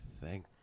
thank